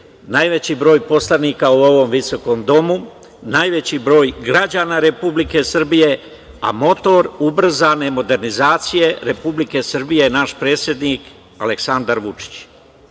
najveći broj poslanika u ovom visokom domu, najveći broj građana Republike Srbije, a motor ubrzane modernizacije Republike Srbije je naš predsednik Aleksandar